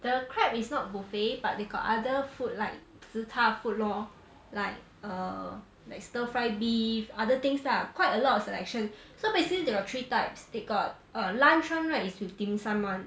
the crab is not buffet but they got other food like zi char food lor like err like stir fry beef other things lah quite a lot of selection so basically they got three types they got err lunch one right is with dim sum [one]